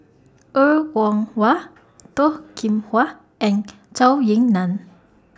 Er Kwong Wah Toh Kim Hwa and Zhou Ying NAN